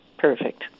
Perfect